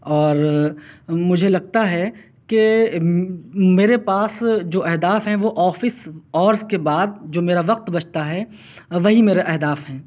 اور مجھے لگتا ہے کہ میرے پاس جو اہداف ہیں وہ آفس آرس کے بعد جو میرا وقت بچتا ہے وہی میرے اہداف ہیں